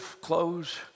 clothes